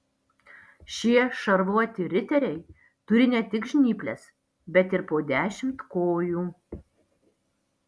šie šarvuoti riteriai turi ne tik žnyples bet ir po dešimt kojų